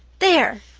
there!